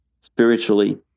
spiritually